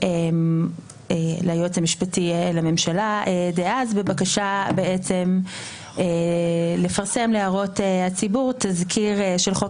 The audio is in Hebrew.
ליועץ המשפטי לממשלה דאז בבקשה לפרסם להערות הציבור תזכיר של חוק